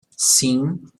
sim